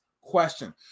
question